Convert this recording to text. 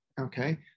okay